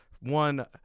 one